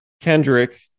Kendrick